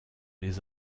les